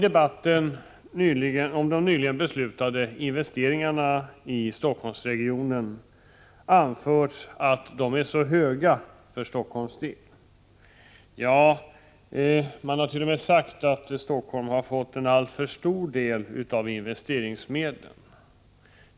Beträffande de nyligen beslutade investeringarna i Stockholmsregionen har det i debatten anförts att dessa för Stockholms del är så höga. Det har t.o.m. sagts att Stockholm har fått en alltför stor del av investeringsmedlen.